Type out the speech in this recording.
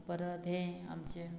परत हें आमचें